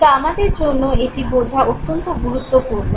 কিন্তু আমাদের জন্য এটি বোঝা অত্যন্ত গুরুত্বপূর্ণ